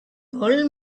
old